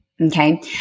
Okay